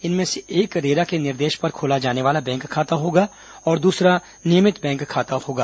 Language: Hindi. इनमें से एक रेरा के निर्देश पर खोला जाने वाला बैंक खाता होगा और दूसरा नियमित बैंक खाता होगा